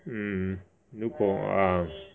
mm 如果 ah